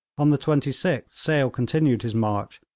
on the twenty sixth sale continued his march,